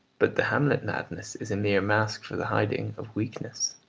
but the hamlet madness is a mere mask for the hiding of weakness.